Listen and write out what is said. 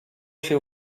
się